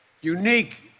unique